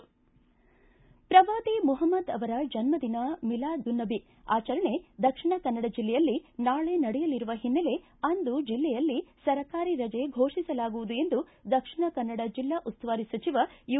ಪ್ರವಾದಿ ಮುಹಮ್ನದ್ ಅವರ ಜನ್ನ ದಿನ ಮೀಲಾದ್ಉನ್ನಬಿ ಆಚರಣೆ ದಕ್ಷಿಣ ಕನ್ನಡ ಜಿಲ್ಲೆಯಲ್ಲಿ ನಾಳೆ ನಡೆಯಲಿರುವ ಒನ್ನೆಲೆ ಅಂದು ಜಿಲ್ಲೆಯಲ್ಲಿ ಸರ್ಕಾರಿ ರಜೆ ಫೋಷಿಸಲಾಗುವುದು ಎಂದು ದಕ್ಷಿಣ ಕನ್ನಡ ಜಿಲ್ಲಾ ಉಸ್ತುವಾರಿ ಸಚಿವ ಯು